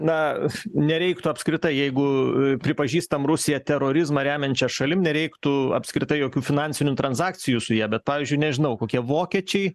na nereiktų apskritai jeigu pripažįstam rusiją terorizmą remiančia šalim nereiktų apskritai jokių finansinių transakcijų su ja bet pavyzdžiui nežinau kokie vokiečiai